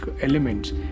elements